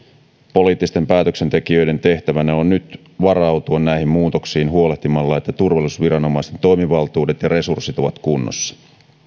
poliittisten päätöksentekijöiden tehtävänä on nyt varautua näihin muutoksiin huolehtimalla että turvallisuusviranomaisten toimivaltuudet ja resurssit ovat kunnossa